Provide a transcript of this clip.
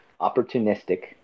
opportunistic